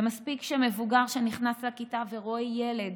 ומספיק כשמבוגר שנכנס לכיתה ורואה ילד